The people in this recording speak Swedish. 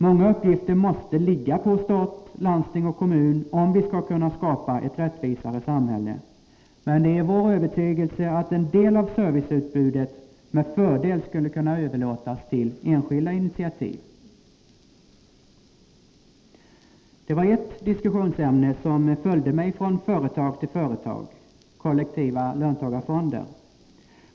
Många uppgifter måste ligga på stat, landsting och kommun, om vi skall kunna skapa ett rättvisare samhälle, men det är vår övertygelse att en del av serviceutbudet med fördel skulle kunna överlåtas till enskilda initiativ. Det var ett diskussionsämne som följde mig från företag till företag: kollektiva löntagarfonder.